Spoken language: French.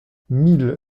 mille